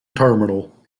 terminal